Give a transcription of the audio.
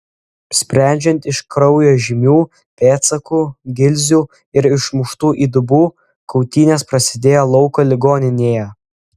sprendžiant iš kraujo žymių pėdsakų gilzių ir išmuštų įdubų kautynės prasidėjo lauko ligoninėje